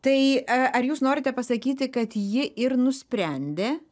tai ar jūs norite pasakyti kad ji ir nusprendė